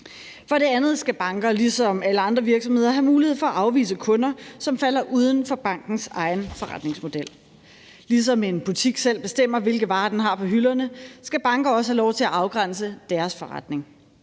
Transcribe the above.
For det andet skal banker ligesom alle andre virksomheder have mulighed for at afvise kunder, som falder uden for bankens egen forretningsmodel. Ligesom en butik selv bestemmer, hvilke varer den har på hylderne, skal banker også have lov til at afgrænse deres forretning.